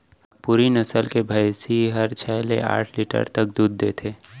नागपुरी नसल के भईंसी हर छै ले आठ लीटर तक दूद देथे